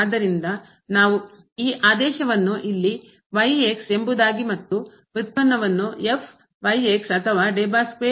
ಆದ್ದರಿಂದ ನಾವು ಈ ಆದೇಶವನ್ನು ಇಲ್ಲಿ ಎಂಬುದಾಗಿ ಮತ್ತು ವ್ಯುತ್ಪನ್ನವನ್ನು ಅಥವಾ ಎನ್ನುತ್ತೇವೆ